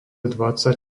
dvadsať